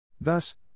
Thus